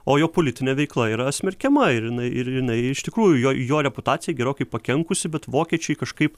o jo politinė veikla yra smerkiama ir jinai ir jinai iš tikrųjų jo jo reputacijai gerokai pakenkusi bet vokiečiai kažkaip